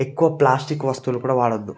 ఎక్కువ ప్లాస్టిక్ వస్తువులు కూడా వాడవద్దు